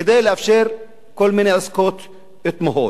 כדי לאפשר כל מיני עסקאות תמוהות.